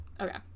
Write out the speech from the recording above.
okay